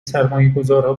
سرمایهگذارها